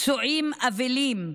פצועים, אבלים,